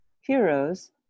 heroes